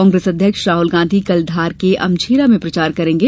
कांग्रेस अध्यक्ष राहुल गांधी कल धार के अमझेरा में प्रचार करेंगे